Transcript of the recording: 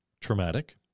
traumatic